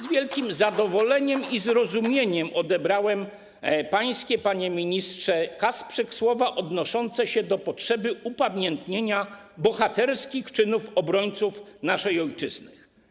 Z wielkim zadowoleniem i zrozumieniem odebrałem pańskie, panie ministrze Kasprzyk, słowa odnoszące się do potrzeby upamiętnienia bohaterskich czynów obrońców naszej ojczyzny.